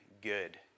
good